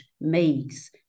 makes